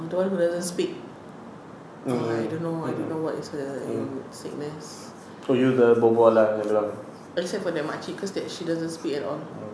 don't want to let her speak I don't know I don't know what is the sickness except for that makcik cause that she doesn't speak at all